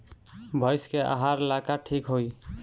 भइस के आहार ला का ठिक होई?